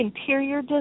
interior